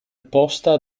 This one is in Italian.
posta